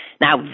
Now